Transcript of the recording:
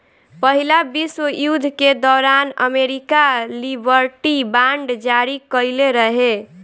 पहिला विश्व युद्ध के दौरान अमेरिका लिबर्टी बांड जारी कईले रहे